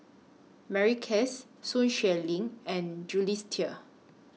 Mary Klass Sun Xueling and Jules Itier